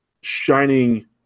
shining